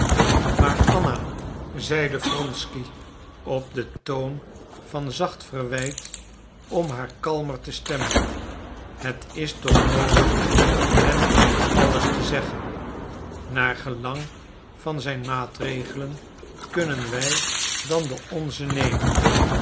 maar anna zeide wronsky op den toon van zacht verwijt om haar kalmer te stemmen het is toch noodig hem alles te zeggen naar gelang van zijn maatregelen kunnen wij dan de onze nemen